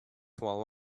while